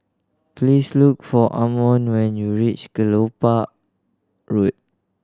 please look for Amon when you reach Kelopak Road